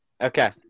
Okay